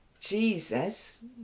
Jesus